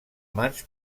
mans